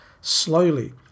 slowly